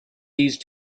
these